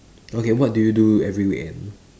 okay what do you do every weekend